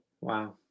Wow